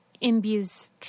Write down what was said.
imbues